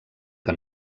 que